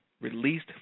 Released